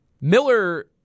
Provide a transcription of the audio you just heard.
Miller